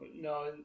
no